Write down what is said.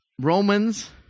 Romans